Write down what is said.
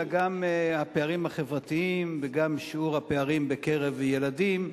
אלא גם הפערים החברתיים וגם שיעור הפערים בקרב ילדים.